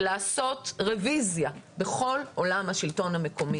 ולעשות רביזיה, בכל עולם השלטון המקומי.